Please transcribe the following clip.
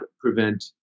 prevent